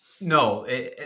No